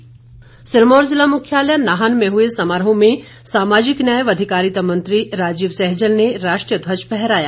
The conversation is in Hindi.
नाहन समारोह सिरमौर ज़िला मुख्यालय नाहन में हुए समारोह में सामाजिक न्याय व अधिकारिता मंत्री राजीव सैजल ने राष्ट्रीय ध्वज फहराया